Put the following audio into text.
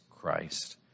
Christ